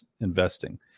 investing